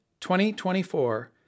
2024